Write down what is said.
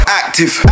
active